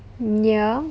mm ya